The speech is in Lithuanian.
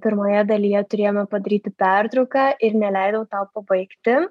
pirmoje dalyje turėjome padaryti pertrauką ir neleidau tau pabaigti